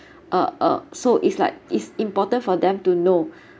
uh uh so it's like it's important for them to know